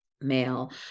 male